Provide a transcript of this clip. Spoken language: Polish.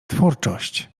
twórczość